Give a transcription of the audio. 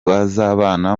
bazabana